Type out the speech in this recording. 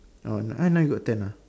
oh n~ now you got ten ah